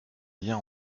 lien